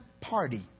party